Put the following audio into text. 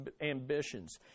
ambitions